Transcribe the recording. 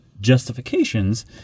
justifications